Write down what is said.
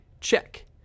Check